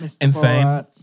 Insane